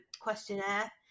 questionnaire